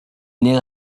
niega